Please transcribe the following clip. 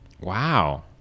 Wow